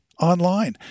online